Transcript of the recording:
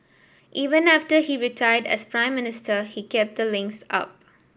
even after he retired as Prime Minister he kept the links up